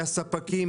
מהספקים,